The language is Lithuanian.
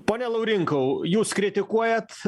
pone laurinkau jūs kritikuojat